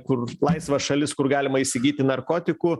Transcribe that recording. kur laisvas šalis kur galima įsigyti narkotikų